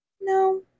no